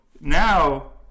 now